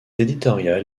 éditorial